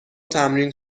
تمرین